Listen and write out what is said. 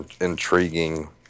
intriguing